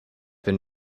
been